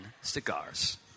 cigars